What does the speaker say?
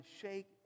shake